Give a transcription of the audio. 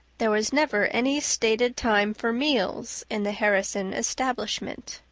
there was never any stated time for meals in the harrison establishment.